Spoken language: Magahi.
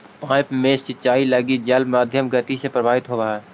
पाइप में सिंचाई लगी जल मध्यम गति से प्रवाहित होवऽ हइ